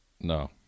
No